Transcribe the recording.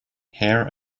hair